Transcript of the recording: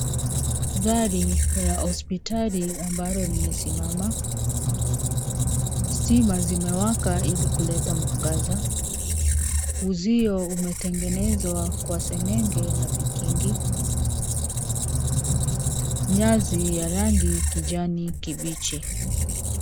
Gari la hospitali ambalo limesimama. Stima zimewaka ili kuleta mwangaza. Uzio umetengenezwa kwa seng'enge na vikingi. Nyasi ya rangi kijani kibichi.